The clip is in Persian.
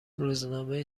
روزنامه